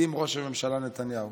אם ראש הממשלה נתניהו